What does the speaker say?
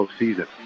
postseason